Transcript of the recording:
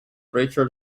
richard